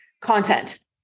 content